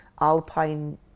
alpine